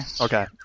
Okay